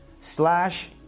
slash